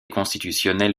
constitutionnelle